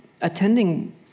attending